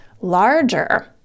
larger